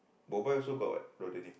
also got what raw denim